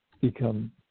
become